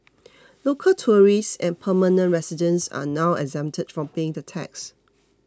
local tourists and permanent residents are now exempted from paying the tax